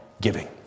giving